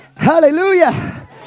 Hallelujah